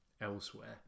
elsewhere